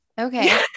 Okay